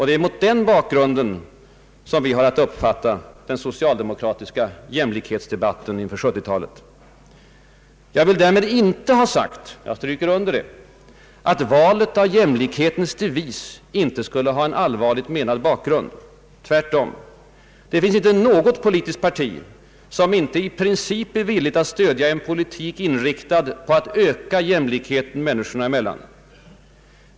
Det är mot den bakgrunden som vi har att uppfatta den socialdemokratiska jämlikhetsdebatten inför 1970-talet. Jag vill därmed inte ha sagt, jag stryker under det, att valet av jämlikhetens devis inte skulle ha en allvarligt menad bakgrund. Tvärtom, det finns inte något politiskt parti som inte i princip är villigt att stödja en politik inriktad på att öka jämlikheten människorna emellan.